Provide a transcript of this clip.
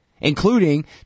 including